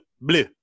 Blue